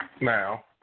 Now